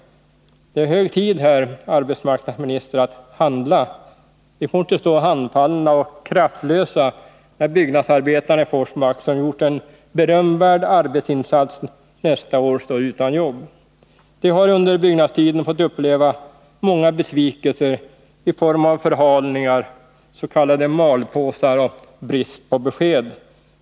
Det är hög tid, herr arbetsmarknadsminister, att handla. Vi får inte stå handfallna och kraftlösa när byggnadsarbetarna i Forsmark, som har gjort en berömvärd arbetsinsats, nästa år står utan jobb. De har under byggnadstiden fått uppleva många besvikelser i form av förhalningar, s.k. malpåsar och brist på besked.